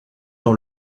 dans